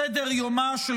סדר-יומה של